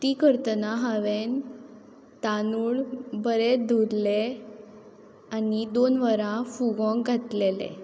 ती करतना हांवें तांदूळ बरे धुतले आनी दोन वरां फुगोवंक घातलेले